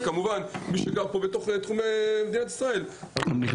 מי שגר בתוך תחומי מדינת ישראל --- יש